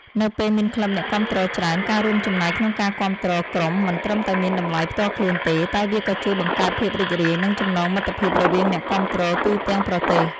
នៅពេលមានក្លឹបអ្នកគាំទ្រច្រើន ការរួមចំណែកក្នុងការគាំទ្រក្រុមមិនត្រឹមតែមានតម្លៃផ្ទាល់ខ្លួនទេ តែវាក៏ជួយបង្កើតភាពរីករាយ និងចំណងមិត្តភាពរវាងអ្នកគាំទ្រទូទាំងប្រទេស។